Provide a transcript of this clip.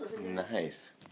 Nice